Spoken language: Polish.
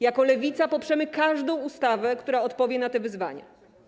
Jako Lewica poprzemy każdą ustawę, która odpowie na te wyzwania.